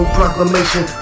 proclamation